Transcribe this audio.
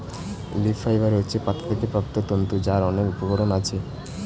leaf fibre হচ্ছে পাতা থেকে প্রাপ্ত তন্তু যার অনেক উপকরণ আছে